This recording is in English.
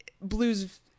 blues